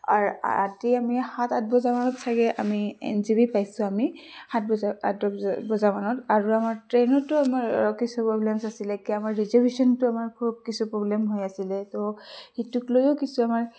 ৰাতি আমি সাত আঠ বজামানত চাগে আমি এন জে পি পাইছোঁ আমি সাত বজা আঠ বজা মানত আৰু আমাৰ ট্ৰেইনতটো আমাৰ কিছু প্ৰব্লেমচ আছিলে কি আমাৰ ৰিজাৰ্ভেশ্যনটো আমাৰ খুব কিছু প্ৰব্লেম হৈ আছিলে তহ সেইটোক লৈয়ো কিছুমান